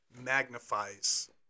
magnifies